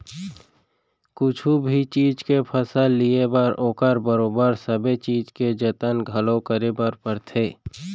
कुछु भी चीज के फसल लिये बर ओकर बरोबर सबे चीज के जतन घलौ करे बर परथे